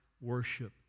worship